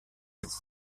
tout